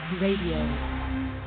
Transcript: Radio